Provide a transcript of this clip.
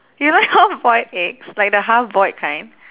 you like half boiled eggs like the half boiled kind